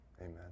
Amen